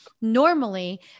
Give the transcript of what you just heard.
normally